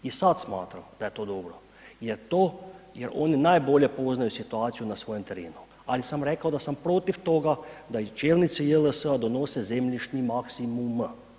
I sad smatram da je to dobro, jer to, jer oni najbolje poznaju situaciju na svojem terenu, ali sam rekao da sam protiv toga da i čelnici JLS-a donose zemljišni maksimum.